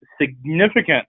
significant